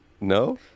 no